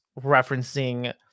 referencing